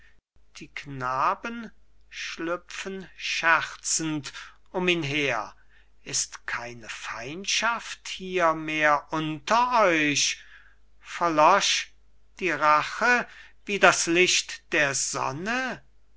die knaben schlüpfen scherzend um sie her ist keine feindschaft hier mehr unter euch verlosch die rache wie das licht der sonne